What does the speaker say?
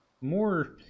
more